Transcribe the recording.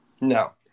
No